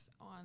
on